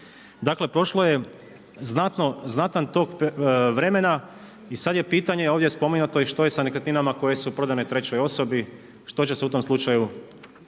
Dakle, prošlo je znatan tok vremena i sad je pitanje ovdje spominjato i što je sa nekretninama koje su prodane trećoj osobi, što će se u tom slučaju